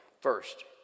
First